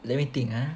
let me think ah